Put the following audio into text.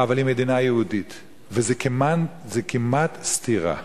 אבל היא מדינה יהודית, וזה כמעט סתירה.